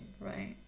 right